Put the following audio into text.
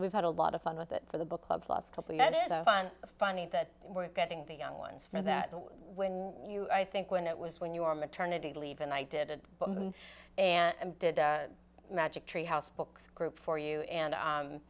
we've had a lot of fun with it for the book clubs last couple met is a fun funny that we're getting the young ones for that when you i think when it was when you were maternity leave and i did and did magic treehouse books group for you and